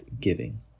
giving